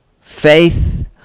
faith